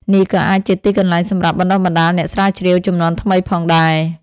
នេះក៏អាចជាទីកន្លែងសម្រាប់បណ្ដុះបណ្ដាលអ្នកស្រាវជ្រាវជំនាន់ថ្មីផងដែរ។